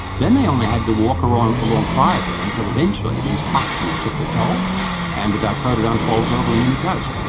then they only had to walk along along quietly until eventually these toxins took their toll and the diprotodon falls over and in it goes.